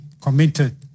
committed